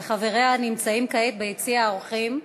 וחבריה נמצאים כעת ביציע האורחים.